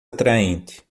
atraente